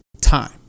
time